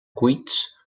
cuits